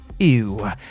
Ew